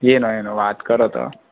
એનો એનો વાત કરો તો